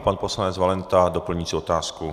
Pan poslanec Valenta má doplňující otázku.